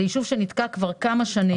זה יישוב שנתקע כבר כמה שנים.